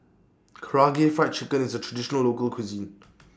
Karaage Fried Chicken IS A Traditional Local Cuisine